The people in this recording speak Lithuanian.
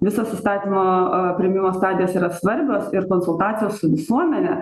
visos įstatymo priėmimo stadijos yra svarbios ir konsultacijos su visuomene